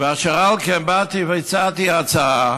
אשר על כן, באתי והצעתי הצעה